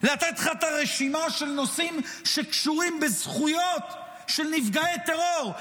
לתת לך את הרשימה של נושאים שקשורים בזכויות של נפגעי טרור,